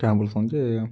କାଏଁ ବୋଲସନ୍ ଯେ